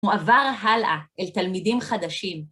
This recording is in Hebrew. ‫מועבר הלאה אל תלמידים חדשים.